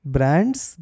Brands